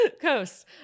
Coast